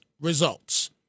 results